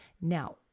Now